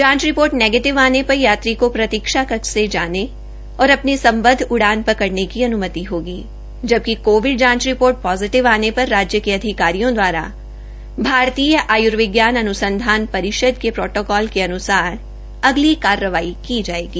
जांच report negative आने पर यात्री को प्रतीक्षा कक्ष से जाने और अपनी संबद्ध उड़ाम लेने की अनुमति होगी जबकि कोविड जांच रिपोर्ट पोजिटिव आने पर राजय के अधिकारियों भारतीय आय्र्विज्ञान अन्संधान परिषद के प्राटोकाल के अन्सार अगली दवारा कार्रवाई की जायेगी